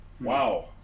wow